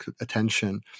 attention